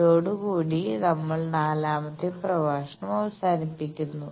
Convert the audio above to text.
ഇതോടുകൂടി നമ്മൾ നാലാമത്തെ പ്രഭാഷണം അവസാനിപ്പിക്കുന്നു